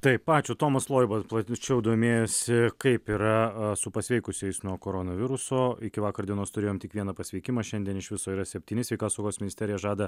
taip ačiū tomas loiba plačiau domėjosi kaip yra su pasveikusiais nuo koronaviruso iki vakar dienos turėjom tik vieną pasveikimą šiandien iš viso yra septyni sveikatsaugos ministerija žada